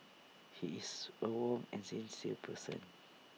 he is A warm and sincere person